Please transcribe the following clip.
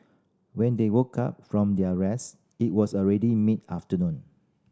when they woke up from their rest it was already mid afternoon